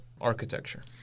architecture